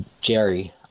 jerry